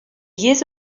years